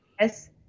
yes